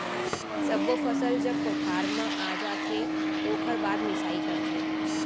सब्बो फसल जब कोठार म आ जाथे ओकर बाद मिंसाई करथे